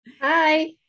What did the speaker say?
Hi